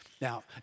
Now